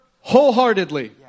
wholeheartedly